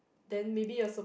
then maybe your sup~